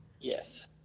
Yes